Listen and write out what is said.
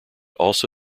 also